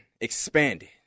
expanded